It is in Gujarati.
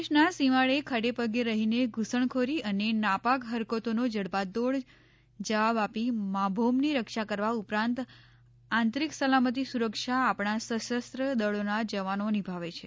દેશના સીમાડે ખડેપગે રહીને ધૂસણખોરી અને નાપાક હરકતોનો જડબાતોડ જવાબ આપી માભોમની રક્ષા કરવા ઉપરાંત આંતરિક સલામતિ સુરક્ષા આપણા સશસ્ત્ર દળોના જવાનો નિભાવે છે